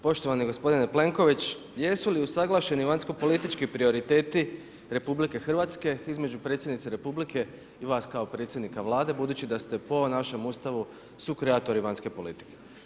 Poštovani gospodine Plenković, jesu li usaglašeni vanjsko politički prioriteti RH između Predsjednice Republike i vas kao predsjednika Vlade budući da ste po našem Ustavu sukreatori vanjske politike?